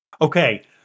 Okay